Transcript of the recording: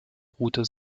route